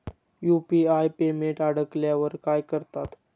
UPI payment अडकल्यावर काय करतात?